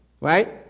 Right